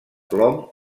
plom